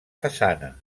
façana